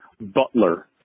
Butler